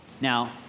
Now